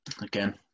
again